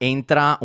Entra